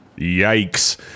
Yikes